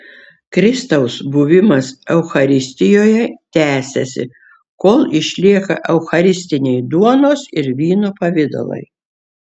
kristaus buvimas eucharistijoje tęsiasi kol išlieka eucharistiniai duonos ir vyno pavidalai